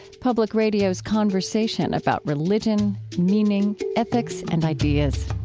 public radio's conversation about religion, meaning, ethics, and ideas.